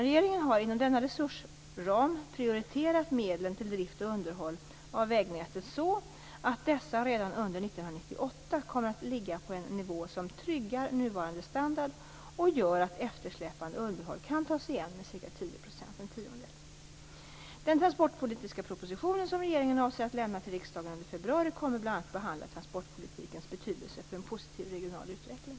Regeringen har inom denna resursram prioriterat medlen till drift och underhåll av vägnätet så att dessa redan under år 1998 kommer att ligga på en nivå som tryggar nuvarande standard och gör att eftersläpande underhåll kan tas igen med ca Den transportpolitiska propositionen, som regeringen avser att lämna till riksdagen under februari, kommer bl.a. att behandla transportpolitikens betydelse för en positiv regional utveckling.